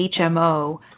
HMO